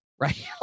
Right